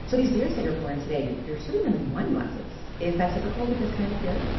so these beers that you're pouring today you're you're serving them in wine glasses. is that typical with this kind of beer?